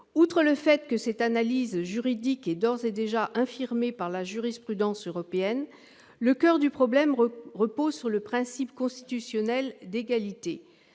Outre que cette analyse juridique est d'ores et déjà infirmée par la jurisprudence européenne, le coeur du problème tient au respect du principe constitutionnel d'égalité.